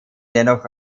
dennoch